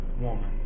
woman